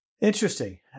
Interesting